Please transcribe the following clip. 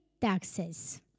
taxes